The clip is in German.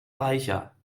reicher